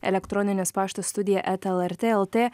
elektroninis paštas studija eta lrt lt